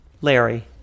Larry